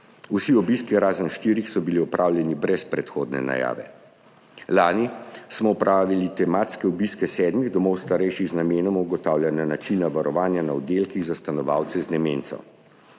Vsi obiski, razen štirih, so bili opravljeni brez predhodne najave. Lani smo opravili tematske obiske sedmih domov starejših z namenom ugotavljanja načina varovanja na oddelkih za stanovalce z demenco.